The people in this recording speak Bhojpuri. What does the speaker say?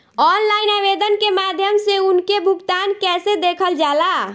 ऑनलाइन आवेदन के माध्यम से उनके भुगतान कैसे देखल जाला?